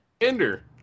Ender